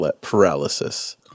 Paralysis